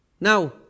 Now